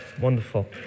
Wonderful